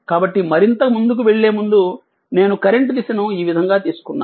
కాబట్టి మరింత ముందుకు వెళ్ళే ముందు నేను కరెంట్ దిశను ఈ విధంగా తీసుకున్నాను